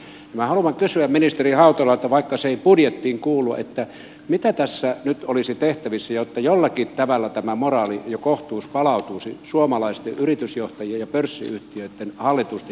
minä haluan kysyä ministeri hautalalta vaikka se ei budjettiin kuulu että mitä tässä nyt olisi tehtävissä jotta jollakin tavalla tämä moraali ja kohtuus palautuisi suomalaisten yritysjohtajien ja pörssiyh tiöitten hallitusten jäsenten mieleen